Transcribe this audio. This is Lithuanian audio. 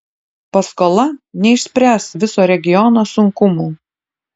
paskola neišspręs viso regiono sunkumų